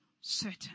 certain